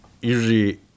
usually